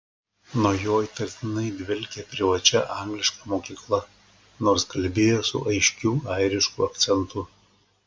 nuo jo įtartinai dvelkė privačia angliška mokykla nors kalbėjo su aiškiu airišku akcentu